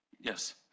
Yes